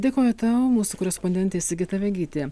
dėkoju tau mūsų korespondentė sigita vegytė